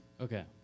Okay